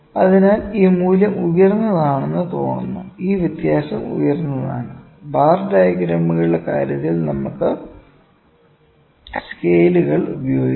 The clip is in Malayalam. അതിനാൽ ഈ മൂല്യം ഉയർന്നതാണെന്ന് തോന്നുന്നു ഈ വ്യത്യാസം ഉയർന്നതാണ് ബാർ ഡയഗ്രാമുകളുടെ കാര്യത്തിൽ നമുക്ക് സ്കെയിലുകൾ ഉപയോഗിക്കാം